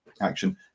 action